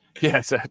yes